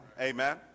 Amen